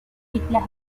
islas